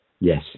Yes